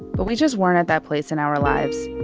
but we just weren't at that place in our lives.